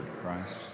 Christ